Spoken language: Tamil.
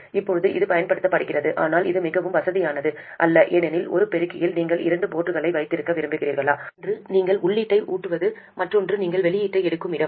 இப்போதும் இது பயன்படுத்தப்படுகிறது ஆனால் இது மிகவும் வசதியானது அல்ல ஏனெனில் ஒரு பெருக்கியில் நீங்கள் இரண்டு போர்ட்களை வைத்திருக்க விரும்புகிறீர்கள் ஒன்று நீங்கள் உள்ளீட்டை ஊட்டுவது மற்றொன்று நீங்கள் வெளியீட்டை எடுக்கும் இடம்